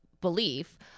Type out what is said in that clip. belief